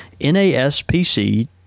naspc